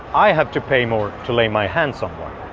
i have to pay more to lay my hands on one.